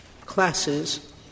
classes